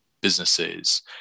businesses